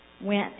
went